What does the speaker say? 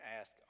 ask